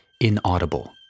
inaudible